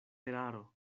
eraro